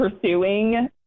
pursuing